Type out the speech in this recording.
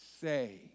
say